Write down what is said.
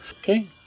Okay